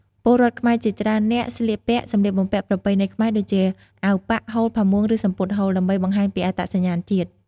ពលរដ្ឋខ្មែរជាច្រើននាក់ស្លៀកពាក់ សំលៀកបំពាក់ប្រពៃណីខ្មែរដូចជាអាវប៉ាក់ ហូល ផាមួង ឬសំពត់ហូល ដើម្បីបង្ហាញពីអត្តសញ្ញាណជាតិ។